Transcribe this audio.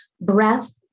breath